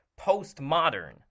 postmodern